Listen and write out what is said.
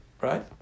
Right